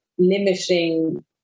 Limiting